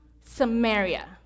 Samaria